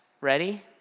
ready